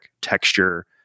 texture